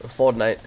fortnite